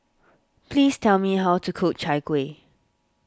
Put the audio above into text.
please tell me how to cook Chai Kueh